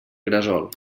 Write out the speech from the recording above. gresol